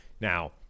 now